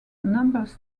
numbers